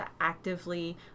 actively